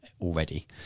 already